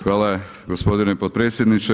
Hvala gospodine potpredsjedniče.